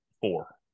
four